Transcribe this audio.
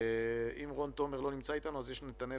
נתנאל